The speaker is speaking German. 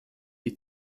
die